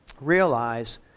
realize